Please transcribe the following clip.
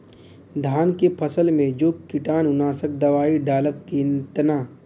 धान के फसल मे जो कीटानु नाशक दवाई डालब कितना?